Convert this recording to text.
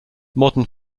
modern